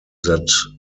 that